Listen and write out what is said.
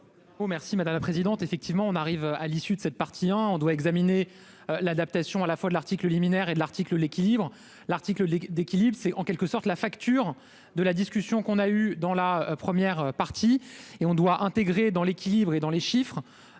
merci madame la présidente, effectivement on arrive à l'issue de cette partie, hein, on doit examiner l'adaptation à la fois de l'article liminaire et de l'article, l'équilibre, l'article d'équilibre, c'est en quelque sorte la facture de la discussion qu'on a eu dans la première partie et on doit intégrer dans l'équilibre et dans les chiffres,